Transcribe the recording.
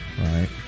right